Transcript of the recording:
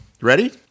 Ready